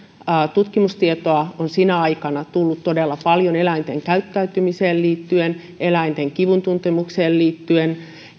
tutkimustietoa on sinä aikana tullut todella paljon eläinten käyttäytymiseen liittyen eläinten kivuntuntemukseen liittyen